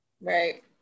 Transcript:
Right